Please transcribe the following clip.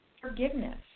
forgiveness